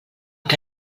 que